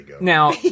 now